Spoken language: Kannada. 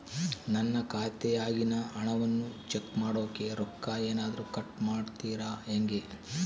ನನ್ನ ಖಾತೆಯಾಗಿನ ಹಣವನ್ನು ಚೆಕ್ ಮಾಡೋಕೆ ರೊಕ್ಕ ಏನಾದರೂ ಕಟ್ ಮಾಡುತ್ತೇರಾ ಹೆಂಗೆ?